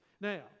Now